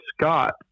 Scott